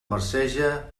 marceja